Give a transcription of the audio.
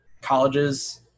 colleges